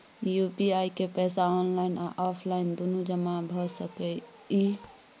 UPI के पैसा online आ ऑफलाइन दुनू जमा भ सकै इ?